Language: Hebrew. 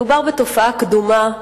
מדובר בתופעה קדומה,